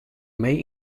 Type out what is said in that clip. may